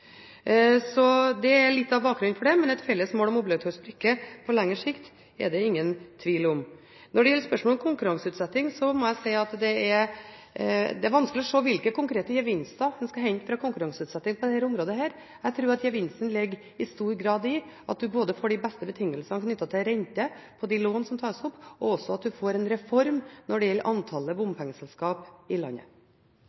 er litt av bakgrunnen for det, men at vi har et felles mål om obligatorisk brikke på lengre sikt, er det ingen tvil om. Når det gjelder spørsmålet om konkurranseutsetting: Det er vanskelig å se hvilke konkrete gevinster en skal hente fra konkurranseutsetting på dette området. Jeg tror gevinsten i stor grad ligger i at du både får de beste betingelsene knyttet til renter og de lån som tas opp, og at du får en reform når det gjelder antallet